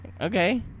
okay